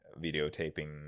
videotaping